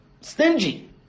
stingy